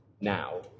now